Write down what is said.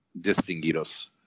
Distinguidos